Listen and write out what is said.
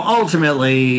ultimately